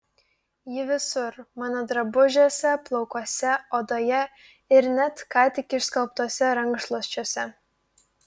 ji visur mano drabužiuose plaukuose odoje ir net ką tik išskalbtuose rankšluosčiuose